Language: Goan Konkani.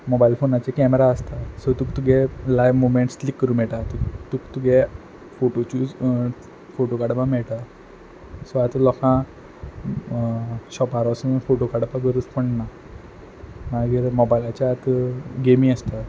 मोबायल फोनाचेर कॅमरा आसता सो तुका तुगे लायव मुवमेंन्ट्स क्लीक करूं मेयटा तूक तुका तुगे फोटो चूज करपा मेयटा फोटो काडपा मेयटा सो आतां लोका शॉपार वोसोन फोटो काडपा गरज पडना मागीर मोबायलाचेर गेमी आसता